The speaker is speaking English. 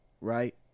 Right